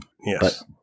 yes